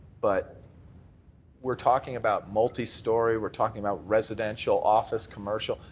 but we are talking about multistorey, we are talking about residential, office, commercial.